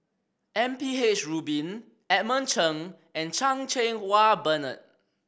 M P H Rubin Edmund Cheng and Chan Cheng Wah Bernard